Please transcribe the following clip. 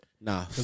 Nah